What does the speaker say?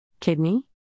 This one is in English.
Kidney